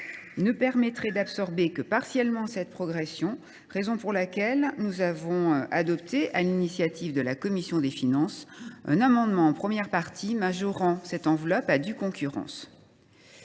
ne permettrait d’absorber que partiellement cette progression, raison pour laquelle nous avons adopté, sur l’initiative de la commission des finances, un amendement en première partie majorant cette enveloppe à due concurrence.